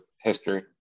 history